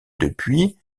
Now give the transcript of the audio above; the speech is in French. depuis